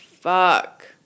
Fuck